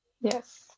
Yes